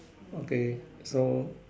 okay so